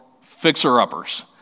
fixer-uppers